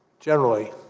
generally